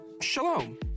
shalom